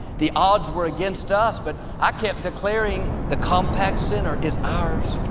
the odds were against us, but i kept declaring, the compaq center is ours.